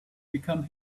become